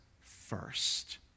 first